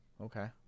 Okay